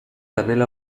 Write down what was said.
kanela